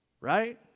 Right